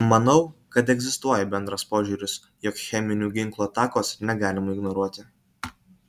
manau kad egzistuoja bendras požiūris jog cheminių ginklų atakos negalima ignoruoti